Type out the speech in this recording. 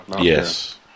Yes